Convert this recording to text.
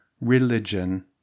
religion